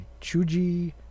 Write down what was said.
Chuji